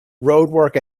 roadwork